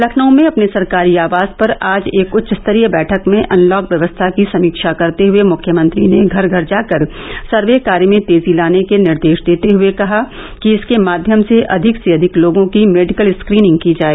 लखनऊ में अपने सरकारी आवास पर आज एक उच्च स्तरीय बैठक में अनलॉक व्यवस्था की समीक्षा करते हुए मुख्यमंत्री ने घर घर जाकर सर्वे कार्य में तेजी लाने के निर्देश देते हए कहा कि इसके माध्यम से अधिक से अधिक लोगों की मेडिकल स्क्रीनिंग की जाए